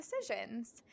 decisions